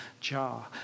jar